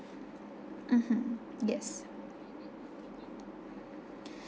mmhmm yes